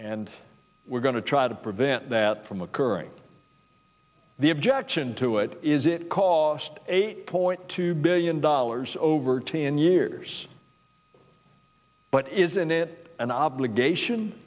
and we're going to try to prevent that from occurring the objection to it is it cost eight point two billion dollars over ten years but isn't it an obligation